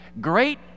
Great